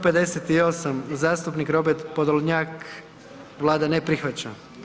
158. zastupnik Robert Podolnjak, Vlada ne prihvaća.